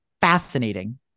fascinating